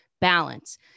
balance